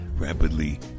rapidly